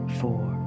four